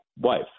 wife